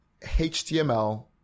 html